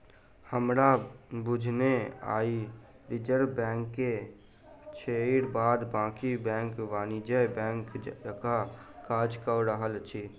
हमरा बुझने आइ रिजर्व बैंक के छोइड़ बाद बाँकी बैंक वाणिज्यिक बैंक जकाँ काज कअ रहल अछि